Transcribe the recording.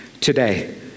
today